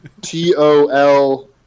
T-O-L –